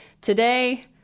Today